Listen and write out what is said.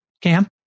Cam